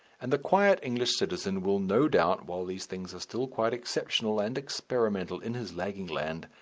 and the quiet english citizen will, no doubt, while these things are still quite exceptional and experimental in his lagging land,